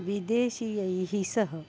विदेशीयैः सह